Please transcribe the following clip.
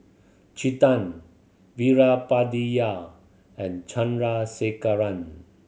Chetan Veerapandiya and Chandrasekaran